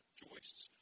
joists